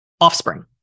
offspring